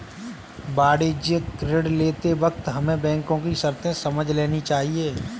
वाणिज्यिक ऋण लेते वक्त हमें बैंको की शर्तें समझ लेनी चाहिए